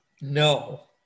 No